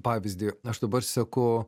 pavyzdį aš dabar seku